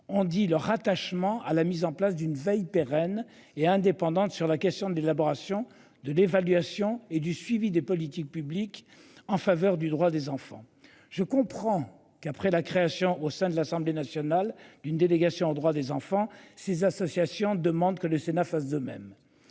ont dit leur rattachement à la mise en place d'une veille pérenne et indépendante sur la question de l'élaboration de l'évaluation et du suivi des politiques publiques en faveur du droit des enfants. Je comprends qu'après la création au sein de l'Assemblée nationale d'une délégation aux droits des enfants. Ces associations demandent que le Sénat fasse de même.